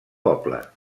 poble